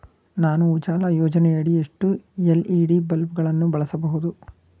ನಾನು ಉಜಾಲ ಯೋಜನೆಯಡಿ ಎಷ್ಟು ಎಲ್.ಇ.ಡಿ ಬಲ್ಬ್ ಗಳನ್ನು ಬಳಸಬಹುದು?